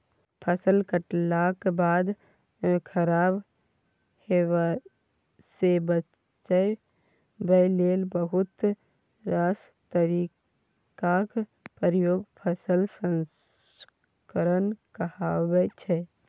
फसल कटलाक बाद खराब हेबासँ बचाबै लेल बहुत रास तरीकाक प्रयोग फसल संस्करण कहाबै छै